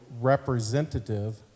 representative